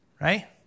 Right